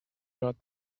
got